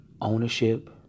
ownership